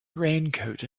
raincoat